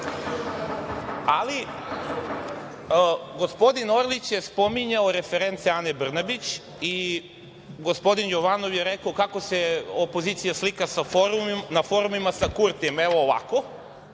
Ali, gospodin Orlić je spominjao reference Ane Brnabić i gospodine Jovanov je rekao kako se opozicija na forumima sa Kurtijem. Evo, ovako,